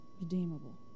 redeemable